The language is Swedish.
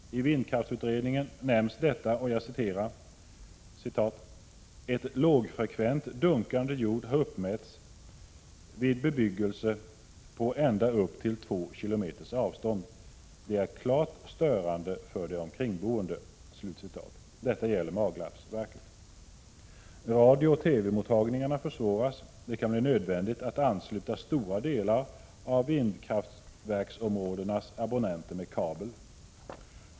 I vindkraftsutredningen nämns detta. Jag citerar: ”Ett lågfrekvent, dunkande ljud har uppfattats vid bebyggelse på ända upp till 2 km avstånd. Det är klart störande för de omkringboende.” Detta gäller Maglarpsverket. Radiooch TV-mottagningarna försvåras. Det kan bli nödvändigt att ansluta stora delar av vindkraftverksområdenas abonnenter med kabel.